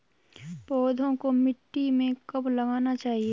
पौधों को मिट्टी में कब लगाना चाहिए?